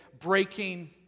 Breaking